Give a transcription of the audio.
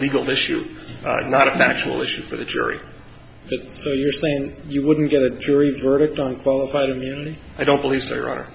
legal issue not a factual issue for the jury so you're saying you wouldn't get a jury verdict on qualified immunity i don't believe there are